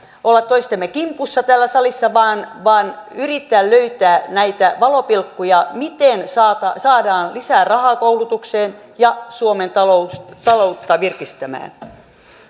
olla toistemme kimpussa täällä salissa vaan vaan yrittää löytää näitä valopilkkuja miten saadaan lisää rahaa koulutukseen ja suomen taloutta virkistämään